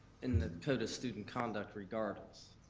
in the code of student conduct regardless.